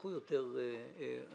נפתחו יותר חברות,